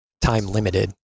time-limited